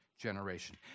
generation